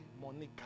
Monica